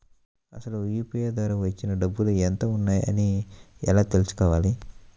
అసలు యూ.పీ.ఐ ద్వార వచ్చిన డబ్బులు ఎంత వున్నాయి అని ఎలా తెలుసుకోవాలి?